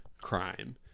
crime